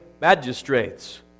magistrates